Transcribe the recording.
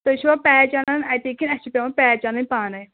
تُہۍ چھُوا پیچ اَنان اَتی اَسہِ پٮ۪وان پیچ اَنٕنۍ پانَے